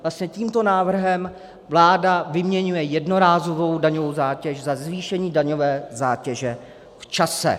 Vlastně tímto návrhem vláda vyměňuje jednorázovou daňovou zátěž za zvýšení daňové zátěže v čase.